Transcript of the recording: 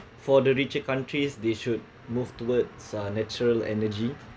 for the richer countries they should move towards uh natural energy